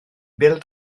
bêl